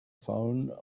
phone